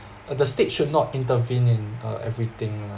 uh the state should not intervene in uh everything lah